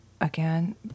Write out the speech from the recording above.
again